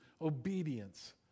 obedience